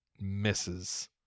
misses